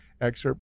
excerpt